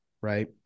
right